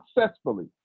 successfully